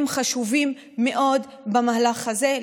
הם חשובים מאוד במהלך הזה.